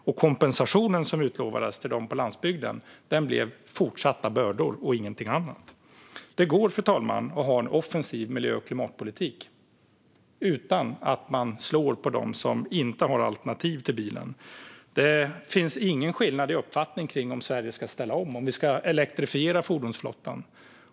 Och kompensationen som utlovades till dem på landsbygden blev fortsatta bördor och ingenting annat. Fru talman! Det går att ha en offensiv miljö och klimatpolitik utan att slå på dem som inte har alternativ till bilen. Det finns ingen skillnad i uppfattning kring om Sverige ska ställa om och om vi ska elektrifiera fordonsflottan.